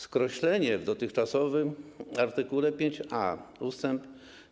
Skreślenie w dotychczasowym art. 5a ust.